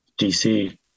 dc